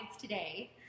today